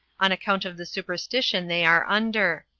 on account of the superstition they are under.